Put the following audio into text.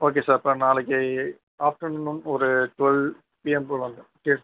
okay sir அப்போ நாளைக்கு afternoon ஒரு டுவல் பிஎம்முக்கு வந்து